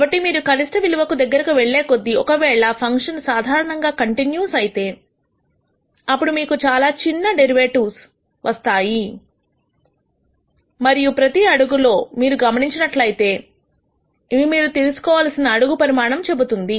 కాబట్టి మీరు కనిష్ఠ విలువకు దగ్గరకు వెళ్ళే కొద్దీ ఒకవేళ ఫంక్షన్ సాధారణంగా కంటిన్యూస్ అయితే అప్పుడు మీకు చాలా చిన్న డెరివేటివ్ డెరివేటివ్స్ వస్తాయి మరియు ప్రతి అడుగులో మీరు గమనించినట్లయితే ఇవి మీరు తీసుకోవాల్సిన అడుగు పరిమాణము చెబుతుంది